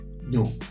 No